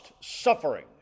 suffering